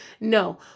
No